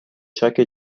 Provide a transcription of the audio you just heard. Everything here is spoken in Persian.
چاک